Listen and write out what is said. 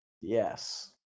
Yes